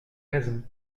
raison